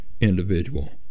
individual